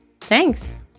Thanks